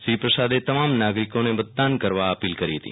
શ્રી પ્રસાદે તમામ નાગરિકોને મતદાન કરવા અપીલ કરી હેતી